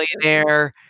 millionaire